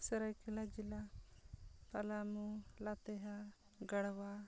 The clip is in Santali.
ᱥᱟᱹᱨᱟᱹᱭ ᱠᱮᱞᱞᱟ ᱡᱮᱞᱟ ᱯᱟᱞᱟᱢᱩ ᱞᱟᱛᱮᱦᱟᱨ ᱜᱟᱲᱣᱟ